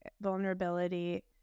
vulnerability